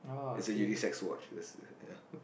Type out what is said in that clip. it's a unisex watch this ya